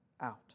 out